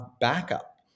backup